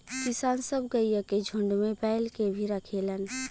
किसान सब गइया के झुण्ड में बैल के भी रखेलन